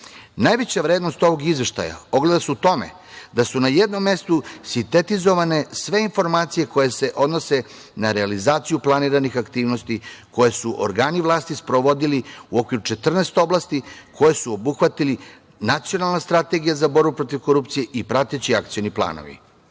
Najveća vrednost ovog izveštaja ogleda se u tome da su na jednom mestu sintetizovane sve informacije koje se odnose na realizaciju planiranih aktivnosti koje su organi vlasti sprovodili u okviru 14 oblasti koje su obuhvatili Nacionalna strategija za borbu protiv korupcije i prateći akcioni planovi. Pored